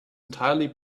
entirely